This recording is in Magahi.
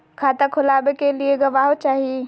खाता खोलाबे के लिए गवाहों चाही?